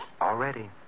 Already